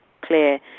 clear